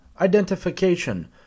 identification